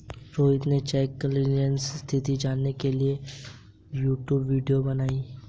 रोहित ने cheque clearing स्थिति जानने के लिए यूट्यूब वीडियो बनाई